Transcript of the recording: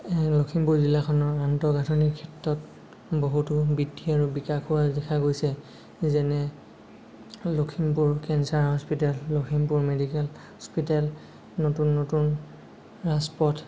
লখিমপুৰ জিলাখনৰ আন্তগাঁথনিক ক্ষেত্ৰত বহুতো বৃদ্ধি আৰু বিকাশ হোৱা দেখা গৈছে যেনে Lakhimpur cancer hospital Lakhimpur medical hospital নতুন নতুন ৰাজপথ